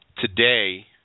Today